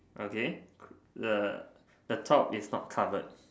okay the the top is not covered